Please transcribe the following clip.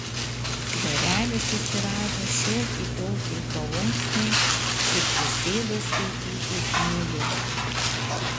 skverely susirado šiokį tokį paunksnį ir prisėdo skaityti knygos